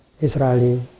Israeli